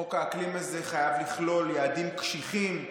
חוק האקלים הזה חייב לכלול יעדים קשיחים,